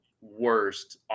worst